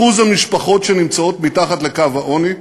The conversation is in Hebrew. אחוז המשפחות שנמצאות מתחת לקו העוני.